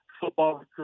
football